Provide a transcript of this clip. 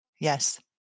Yes